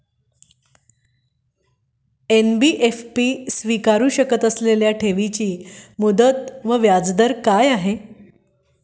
NBFC स्वीकारु शकत असलेल्या ठेवीची मुदत व व्याजदर काय आहे?